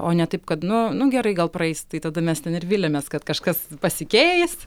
o ne taip kad nu nu gerai gal praeis tai tada mes ten ir viliamės kad kažkas pasikeis